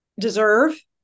deserve